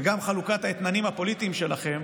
וגם חלוקת האתננים הפוליטיים שלכם